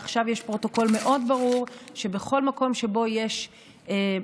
עכשיו יש פרוטוקול מאוד ברור שבכל מקום שבו יש עבודות